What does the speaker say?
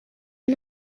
are